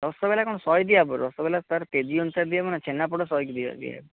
ରସଗୋଲା କ'ଣ ଶହେ ଦିଆହେବ ରସଗୋଲା ତାର କେ ଜି ଅନୁସାରେ ଦିଆହେବ ନା ଛେନାପୋଡ଼ ଶହେ ଦିଆହେବ